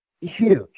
huge